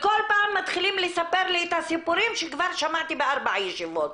וכל פעם מתחילים לספר לי את הסיפורים שכבר שמעתי בארבע ישיבות.